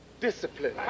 discipline